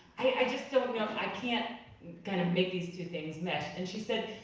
i just don't know, i can't kind of make these two things mesh. and she said,